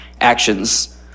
actions